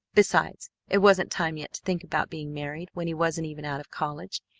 besides, it wasn't time yet to think about being married when he wasn't even out of college.